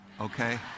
okay